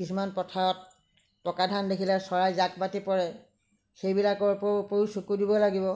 কিছুমান পথাৰত পকা ধান দেখিলে চৰাই জাক পাতি পৰে সেইবিলাককো চকু দিব লাগিব